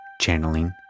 Channeling